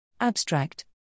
Abstract